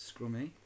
Scrummy